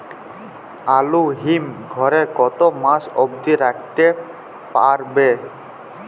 আলু হিম ঘরে কতো মাস অব্দি রাখতে পারবো?